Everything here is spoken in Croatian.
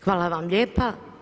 Hvala vam lijepa.